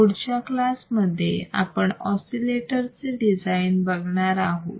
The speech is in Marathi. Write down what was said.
पुढच्या क्लासमध्ये आपण ओसीलेटर चे डिझाईन बघणार आहोत